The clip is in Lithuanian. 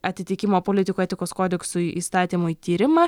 atitikimo politikų etikos kodeksui įstatymui tyrimą